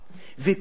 וכל אלה,